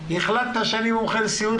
החלטת שאני מומחה לסיעוד,